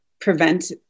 prevent